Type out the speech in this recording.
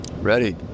ready